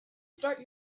start